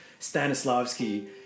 Stanislavski